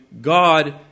God